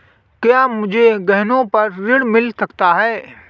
क्या मुझे गहनों पर ऋण मिल सकता है?